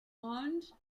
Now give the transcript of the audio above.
owned